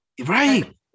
right